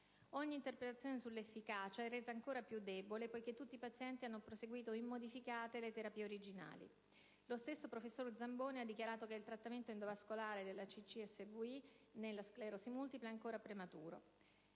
ogni interpretazione sull'efficacia è resa ancora più debole poiché tutti i pazienti hanno proseguito immodificate le terapie originali; lo stesso professor Zamboni ha dichiarato che il trattamento endovascolare della CCSVI nella sclerosi multipla è ancora prematuro».